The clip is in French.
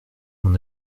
mon